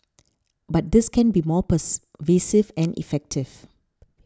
but this can be more more pervasive and effective